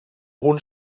hohen